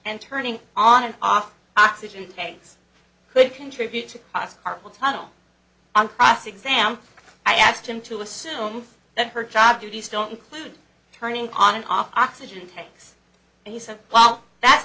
and turning on and off oxygen tanks could contribute to cost article tunnel on cross exam i asked him to assume that her job duties don't include turning on off oxygen tanks and he said well that's